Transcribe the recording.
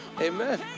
Amen